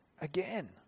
again